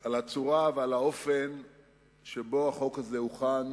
על הצורה ועל האופן שבהם החוק הזה הוכן